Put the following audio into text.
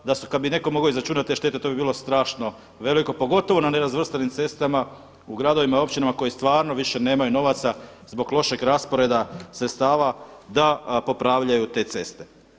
Kad bi netko mogao izračunati te štete to bi bilo strašno veliko pogotovo na nerazvrstanim cestama, u gradovima i općinama koji stvarno više nemaju novaca zbog lošeg rasporeda sredstava da popravljaju te ceste.